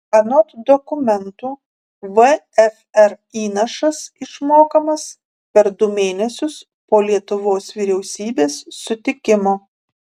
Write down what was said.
anot dokumentų vfr įnašas išmokamas per du mėnesius po lietuvos vyriausybės sutikimo